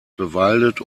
bewaldet